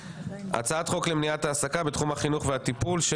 הצעת חוק למניעת העסקה בתחום החינוך והטיפול של